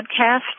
podcast